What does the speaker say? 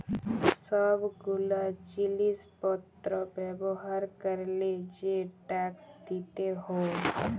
সব গুলা জিলিস পত্র ব্যবহার ক্যরলে যে ট্যাক্স দিতে হউ